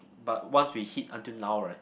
but once we hit until now right